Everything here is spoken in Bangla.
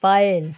পায়েল